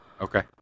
Okay